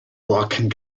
borken